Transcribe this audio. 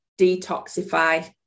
detoxify